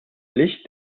licht